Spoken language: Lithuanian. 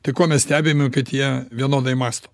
tai ko mes stebime kad jie vienodai mąsto